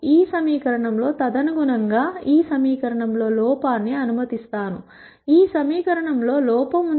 ఈ సమీకరణం లో తదనుగుణం గా నేను ఈ సమీకరణం లో లోపాన్ని అనుమతిస్తాను ఈ సమీకరణం లో లోపం ఉంది